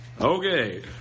Okay